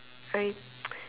I